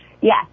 yes